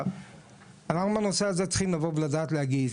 אנחנו בנושא הזה צריכים לבוא ולדעת להגיב.